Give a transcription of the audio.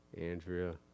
Andrea